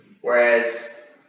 whereas